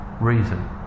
reason